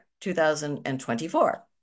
2024